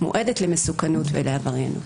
למסוכנות ולעבריינות.